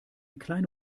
kleine